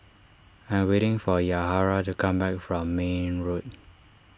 I am waiting for Yahaira to come back from Mayne Road